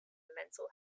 mental